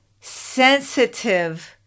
sensitive